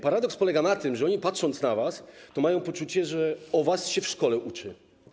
Paradoks polega na tym, że oni, patrząc na was, mają poczucie, że o was się w szkole uczy.